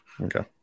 okay